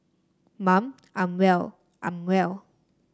mum I'm well I'm well